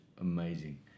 amazing